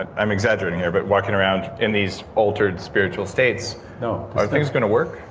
and i'm exaggerating here, but walking around in these altered spiritual states, are things going to work?